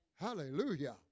Hallelujah